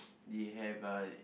they have uh